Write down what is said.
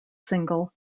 single